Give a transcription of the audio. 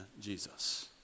Jesus